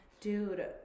dude